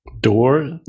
Door